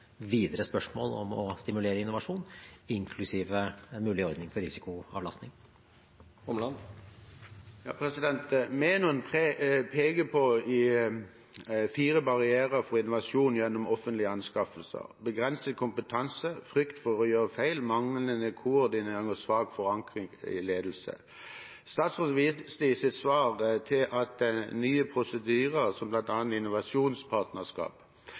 videre spørsmål om å stimulere innovasjon inklusiv en mulig ordning for risikoavlastning. Menon peker på fire barrierer for innovasjon gjennom offentlige anskaffelser: begrenset kompetanse, frykt for å gjøre feil, manglende koordinering og svak forankring i ledelse. Statsråden viste i sitt svar til nye prosedyrer, som bl.a. innovasjonspartnerskap,